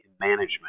management